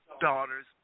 daughters